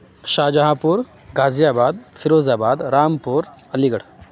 شاہ جہاں پور Ghaziabad Firozabad Rampur علی گڑھ